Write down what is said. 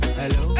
hello